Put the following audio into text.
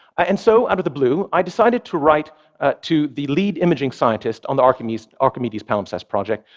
and so, out of the blue, i decided to write ah to the lead imaging scientist on the archimedes archimedes palimpsest project,